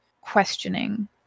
questioning